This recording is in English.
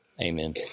Amen